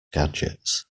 gadgets